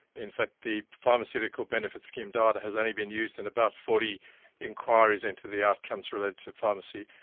in fact the pharmaceutical benefits scheme data has only been used in about forty enquiries into the outcomes related to pharmacy.